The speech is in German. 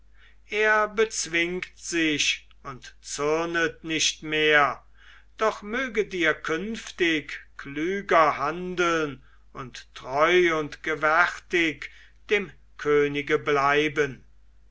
er bezwingt sich und zürnet nicht mehr doch möget ihr künftig klüger handeln und treu und gewärtig dem könige bleiben